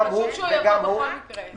היה רצוי שבכל מקרה יבוא.